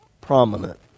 prominent